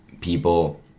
people